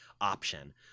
option